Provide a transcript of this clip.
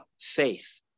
faith